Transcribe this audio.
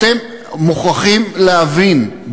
אתם מוכרחים להבין,